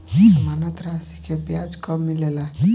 जमानद राशी के ब्याज कब मिले ला?